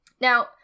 Now